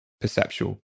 perceptual